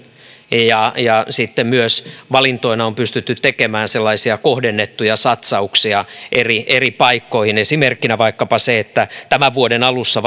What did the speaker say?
ja ja sitten myös on valintoina pystytty tekemään sellaisia kohdennettuja satsauksia eri eri paikkoihin esimerkkinä vaikkapa se että tämän vuoden alussa